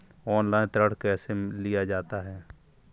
Online ऋण कैसे लिया जाता है?